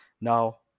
now